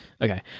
okay